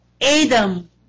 Adam